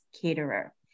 Caterer